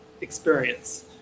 experience